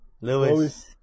Lewis